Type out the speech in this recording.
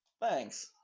thanks